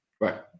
Right